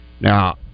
Now